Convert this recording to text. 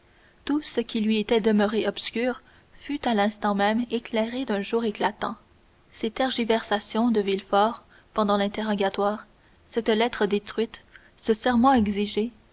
tout ce qui lui était demeuré obscur fut à l'instant même éclairé d'un jour éclatant ces tergiversations de villefort pendant l'interrogatoire cette lettre détruite ce serment exigé